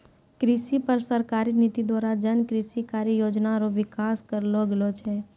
कृषि पर सरकारी नीति द्वारा जन कृषि कारी योजना रो विकास करलो गेलो छै